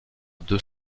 deux